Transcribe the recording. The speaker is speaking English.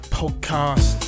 podcast